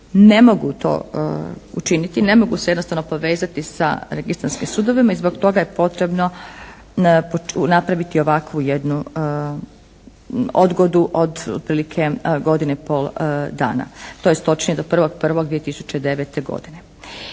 ne mogu to učiniti, ne mogu se jednostavno povezati sa registarskim sudovima i zbog toga je potrebno napraviti ovakvu jednu odgodu od otprilike godine i pol dana, tj. točnije do 1.1.2009. godine.